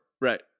right